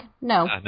No